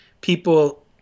people